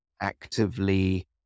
actively